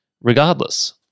Regardless